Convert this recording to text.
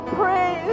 pray